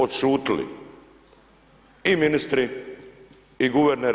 Odšutili i ministri i guverner.